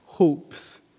Hopes